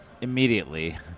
immediately